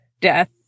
death